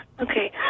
Okay